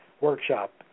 workshop